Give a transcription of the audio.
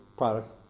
product